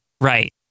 Right